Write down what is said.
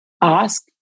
ask